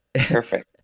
perfect